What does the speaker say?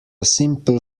simple